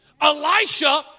Elisha